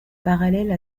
parallèle